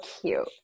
cute